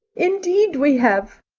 indeed we have,